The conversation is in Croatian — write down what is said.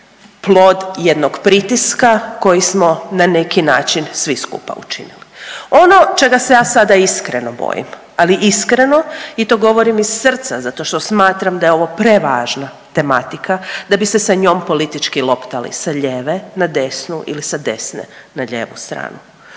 plod jednog pritiska koji smo na neki način svi skupa učinili. Ono čega se ja sada iskreno bojim, ali iskreno i to govorim iz srca zato što smatram da je ovo prevažna tematika da bi se sa njom politički loptali sa lijeve na desnu ili sa desne na lijevu stranu.